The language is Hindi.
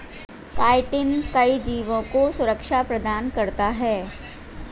काईटिन कई जीवों को सुरक्षा प्रदान करता है